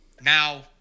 now